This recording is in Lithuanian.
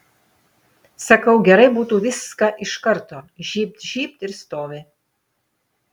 sakau gerai būtų viską iš karto žybt žybt ir stovi